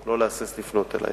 לא להסס לפנות אלי.